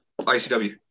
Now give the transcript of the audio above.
ICW